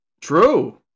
True